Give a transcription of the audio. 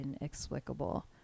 inexplicable